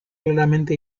claramente